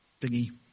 thingy